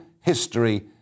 history